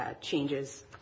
changes